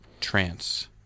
trance